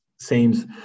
seems